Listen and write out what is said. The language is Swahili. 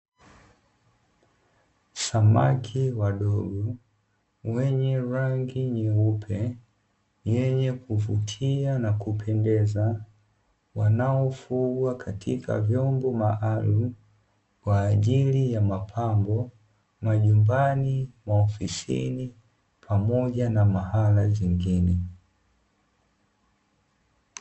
Samaki wadogo wenye rangi nyeupe yenye kuvutia na kupendeza, wanaofugwa katika vyombo maalumu, kwa ajili ya mapambo majumbani, maofisini pamoja na mahala pengine.